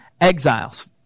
exiles